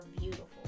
beautiful